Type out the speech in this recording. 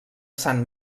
sant